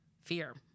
fear